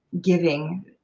giving